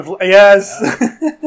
Yes